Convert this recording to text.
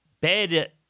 bed